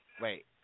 Wait